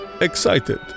excited